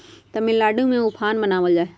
तमिलनाडु में उफान मनावल जाहई